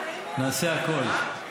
נעשה הכול.